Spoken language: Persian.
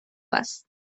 است